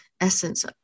essence